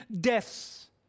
deaths